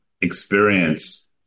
experience